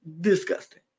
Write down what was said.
Disgusting